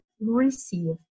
receive